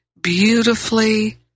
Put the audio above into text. beautifully